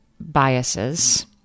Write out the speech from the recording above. biases